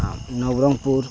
Nabarangpur